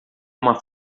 uma